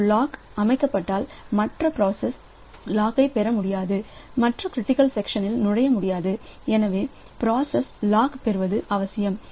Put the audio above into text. எனவே ஒரு லாக் அமைக்கப்பட்டால் மற்ற பிராசஸ் லாக் பெற முடியாது மற்றும் க்ரிட்டிக்கல் செக்ஷனில் நுழைய முடியாது எனவே பிராசஸ் லாக் பெறுவது அவசியம்